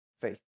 faith